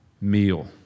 meal